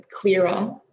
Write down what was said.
clearer